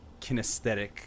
kinesthetic